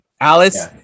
Alice